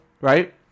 right